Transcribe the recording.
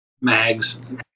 Mags